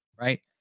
right